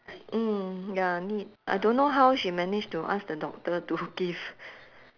mm ya need I don't know how she managed to ask the doctor to give